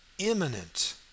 Imminent